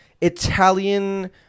Italian